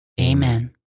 Amen